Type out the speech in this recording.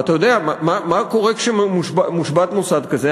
ואתה יודע מה קורה כשמושבת מוסד כזה?